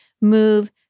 move